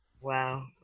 wow